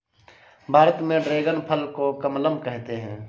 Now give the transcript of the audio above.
भारत में ड्रेगन फल को कमलम कहते है